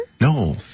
No